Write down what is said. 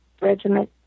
regiment